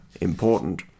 important